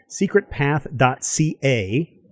secretpath.ca